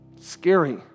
scary